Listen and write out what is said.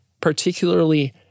particularly